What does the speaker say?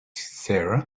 sarah